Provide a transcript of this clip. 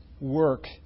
work